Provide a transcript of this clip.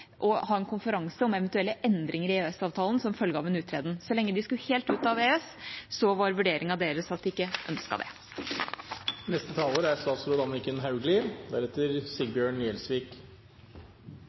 å ha en konferanse om eventuelle endringer i EØS-avtalen som følge av en uttreden. Så lenge de skulle helt ut av EØS, var vurderingen deres at de ikke ønsket det. Takk for en lang og viktig debatt. Jeg vil også understreke at regjeringen er